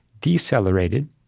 decelerated